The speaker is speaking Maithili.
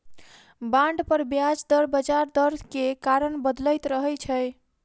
बांड पर ब्याज दर बजार दर के कारण बदलैत रहै छै